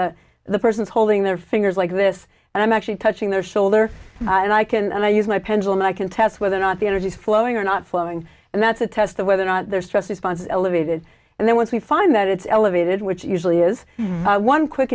the person's holding their fingers like this and i'm actually touching their shoulder and i can and i use my pendulum i can test whether or not the energy is flowing or not flowing and that's a test of whether or not there's stress response elevated and then once we find that it's elevated which usually is one quick